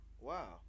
Wow